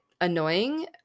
annoying